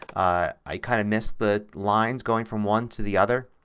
i kind of miss the lines going from one to the other,